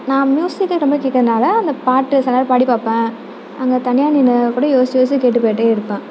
நான் மியூசிக்கை ரொம்ப கேட்கறதுனால அந்த பாட்டு சில நேரம் பாடி பார்ப்பேன் அங்கே தனியாக நின்று கூட யோசிச்சி யோசிச்சி கேட்டுப் பாடிகிட்டே இருப்பேன்